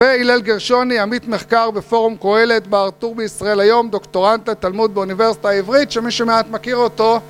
והלל גרשוני, עמית מחקר בפורום קהלת, בעל טור בישראל היום, דוקטורנט לתלמוד באוניברסיטה העברית, שמי שמעט מכיר אותו